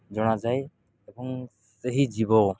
ଜଣାଯାଏ ଏବଂ ସେହି ଜୀବ